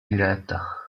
diretta